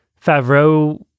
Favreau